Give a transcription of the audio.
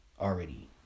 already